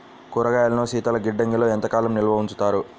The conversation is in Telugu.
కూరగాయలను శీతలగిడ్డంగిలో ఎంత కాలం నిల్వ ఉంచుతారు?